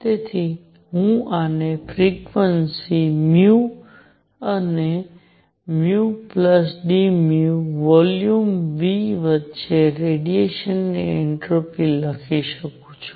તેથી હું આને ફ્રિકવન્સી ν અને νdν વોલ્યુમ V વચ્ચે રેડિયેશન ની આ એન્ટ્રોપી લખી શકું છું